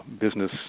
business